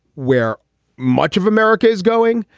where much of america is going.